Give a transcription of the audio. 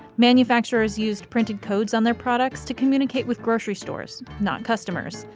manufacturers used printed codes on their products to communicate with grocery stores, not customers.